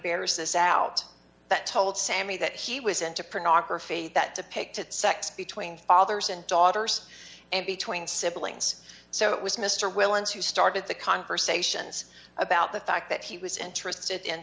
bears this out that told sammy that he was into print faith that depicted sex between fathers and daughters and between siblings so it was mr will ensue started the conversations about the fact that he was interested in